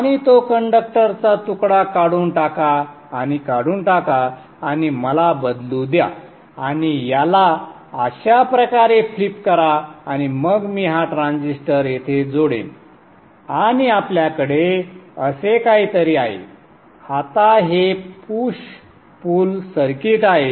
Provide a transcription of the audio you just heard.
आणि तो कंडक्टरचा तुकडा काढून टाका आणि काढून टाका आणि मला बदलू द्या आणि याला अशा प्रकारे फ्लिप करा आणि मग मी हा ट्रान्झिस्टर येथे जोडेन आणि आपल्याकडे असे काहीतरी आहे आता हे पुश पुल सर्किट आहे